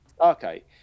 okay